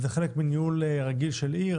זה חלק מניהול רגיל של עיר,